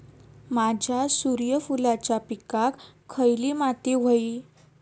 माझ्या सूर्यफुलाच्या पिकाक खयली माती व्हयी?